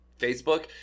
Facebook